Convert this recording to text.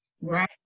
right